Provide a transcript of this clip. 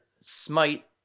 Smite